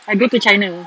I go to china